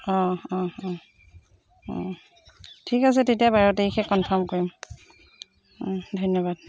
অঁ অঁ অঁ অঁ ঠিক আছে তেতিয়া বাৰ তাৰিখে কনফাৰ্ম কৰিম ধন্যবাদ